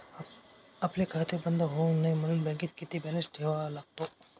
आपले खाते बंद होऊ नये म्हणून बँकेत किती बॅलन्स ठेवावा लागतो?